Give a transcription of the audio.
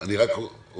אני רק אומר,